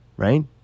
Right